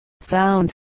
sound